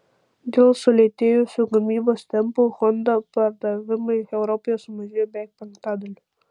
dėl sulėtėjusių gamybos tempų honda pardavimai europoje sumažėjo beveik penktadaliu